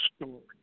story